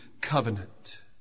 covenant